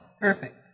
Perfect